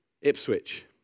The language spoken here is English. Ipswich